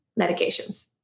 medications